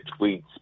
tweets